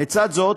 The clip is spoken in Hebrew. לצד זאת,